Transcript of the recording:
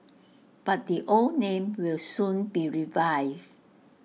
but the old name will soon be revived